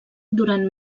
durant